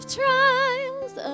trials